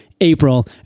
April